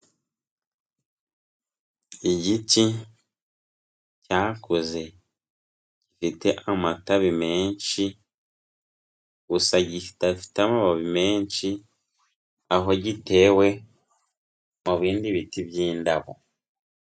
Igiti cyakuze gifite amatabi menshi, gusa kidafite amababi menshi, aho gitewe mu bindi biti by'indabo.